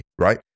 right